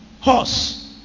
horse